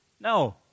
No